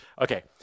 okay